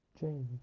James